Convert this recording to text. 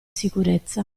sicurezza